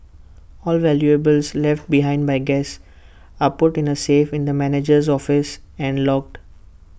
all valuables left behind by guests are put in A safe in the manager's office and logged